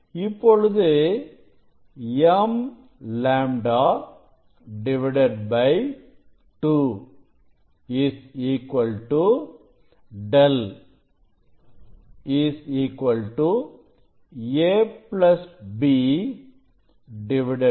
இப்பொழுது mλ 2 Δ a b 2 ab